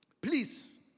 please